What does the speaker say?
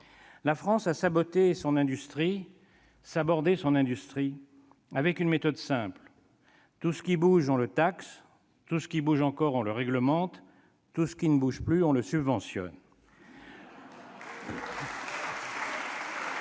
La France a sabordé son industrie avec une méthode simple : tout ce qui bouge, on le taxe ; tout ce qui bouge encore, on le réglemente ; tout ce qui ne bouge plus, on le subventionne.